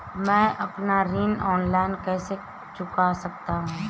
मैं अपना ऋण ऑनलाइन कैसे चुका सकता हूँ?